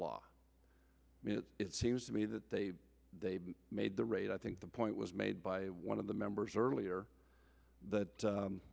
law it seems to me that they they made the raid i think the point was made by one of the members earlier